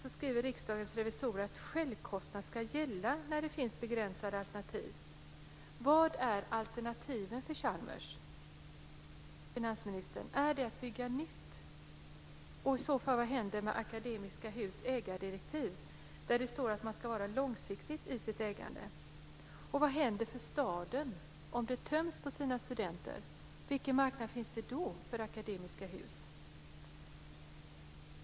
Riksdagens revisorer skriver att självkostnad ska gälla när det finns begränsade alternativ. Vad är alternativen för Chalmers, finansministern? Är det att bygga nytt? Och vad händer i så fall med Akademiska Hus ägardirektiv, där det står att man ska vara långsiktig i sitt ägande? Och vad händer med staden om den töms på sina studenter? Vilken marknad finns det då för Akademiska Hus?